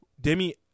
Demi